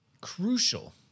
Crucial